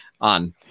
on